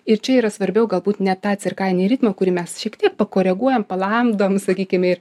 ir čia yra svarbiau galbūt ne tą cirkadinį ritmą kurį mes šiek tiek pakoreguojam palamdom sakykime ir